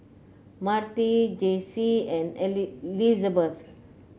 Marti Jaycie and Lizabeth